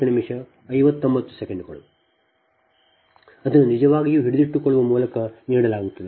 ಅದನ್ನು ನಿಜವಾಗಿಯೂ ಹಿಡಿದಿಟ್ಟುಕೊಳ್ಳುವ ಮೂಲಕ ನೀಡಲಾಗುತ್ತದೆ